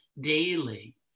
daily